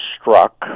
struck